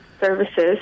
services